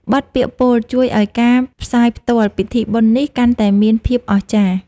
បទពាក្យពោលជួយឱ្យការផ្សាយផ្ទាល់ពិធីបុណ្យនេះ កាន់តែមានភាពអស្ចារ្យ។